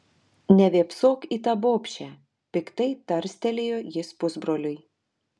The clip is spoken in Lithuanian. nevėpsok į tą bobšę piktai tarstelėjo jis pusbroliui